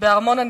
בארמון הנשיאות,